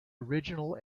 original